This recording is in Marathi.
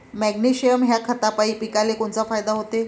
मॅग्नेशयम ह्या खतापायी पिकाले कोनचा फायदा होते?